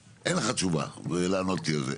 אין לך תשובה לענות לי על זה.